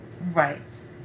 Right